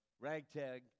ragtag